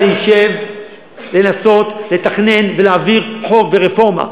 כל הבית הזה יֵשב לנסות לתכנן ולהעביר חוק ורפורמה.